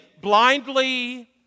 blindly